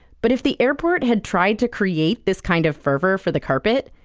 but if the airport had tried to create this kind of fervor for the carpet,